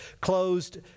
closed